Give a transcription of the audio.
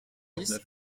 dix